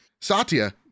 Satya